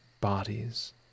bodies